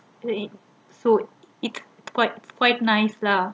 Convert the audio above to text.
food is quite quite nice lah